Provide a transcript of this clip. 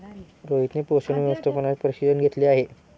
रोहितने पोषण व्यवस्थापनाचे प्रशिक्षण घेतले आहे